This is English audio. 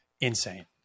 Insane